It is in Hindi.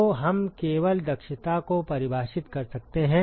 तो हम केवल दक्षता को परिभाषित कर सकते हैं